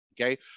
okay